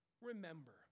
Remember